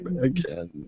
Again